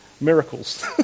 Miracles